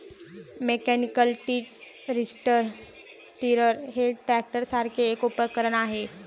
mechanical tree stirrer हे ट्रॅक्टरसारखेच एक उपकरण आहे